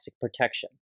protection